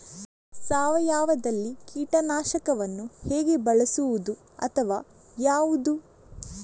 ಸಾವಯವದಲ್ಲಿ ಕೀಟನಾಶಕವನ್ನು ಹೇಗೆ ಬಳಸುವುದು ಅಥವಾ ಯಾವುದು?